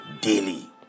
daily